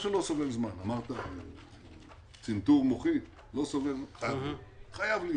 דיברת על צנתור מוחי, הוא חייב להיות.